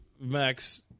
Max